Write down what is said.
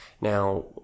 now